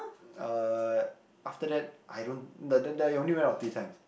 uh after that I don't then then then I only went out three times